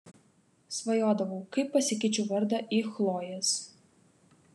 svajodavau kaip pasikeičiu vardą į chlojės